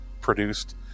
produced